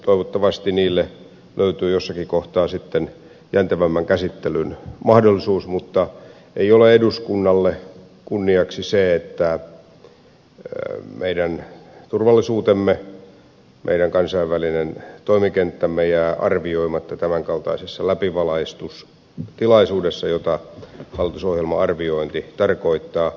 toivottavasti niille löytyy jossakin kohtaa sitten jäntevämmän käsittelyn mahdollisuus mutta ei ole eduskunnalle kunniaksi se että meidän turvallisuutemme meidän kansainvälinen toimikenttämme jää arvioimatta tämänkaltaisessa läpivalaisutilaisuudessa jota hallitusohjelman arviointi tarkoittaa